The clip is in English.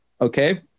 Okay